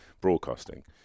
broadcasting